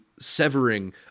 severing